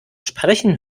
sprechen